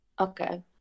Okay